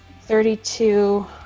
thirty-two